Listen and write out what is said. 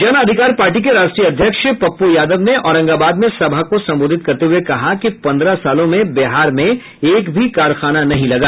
जन अधिकार पार्टी के राष्ट्रीय अध्यक्ष पप्पू यादव ने औरंगाबाद में सभा को संबोधित करते हुए कहा कि पंद्रह सालों में बिहार में एक भी कारखाना नहीं लगा